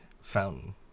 fountain